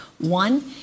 One